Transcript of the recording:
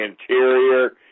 interior